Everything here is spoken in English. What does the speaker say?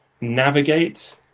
navigate